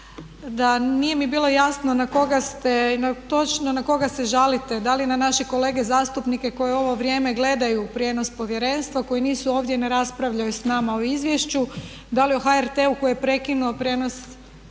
da nije mi bilo jasno na koga ste točno, na koga se žalite da li na naše kolege zastupnike koji u ovo vrijeme gledaju prijenos povjerenstva, koji nisu ovdje, ne raspravljaju s nama o izvješću, da li o HRT-u koji je prekinuo prijenos sjednice